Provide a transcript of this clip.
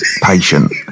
patient